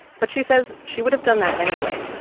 but she says she would have done that anyway.